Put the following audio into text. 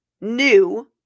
new